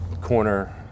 corner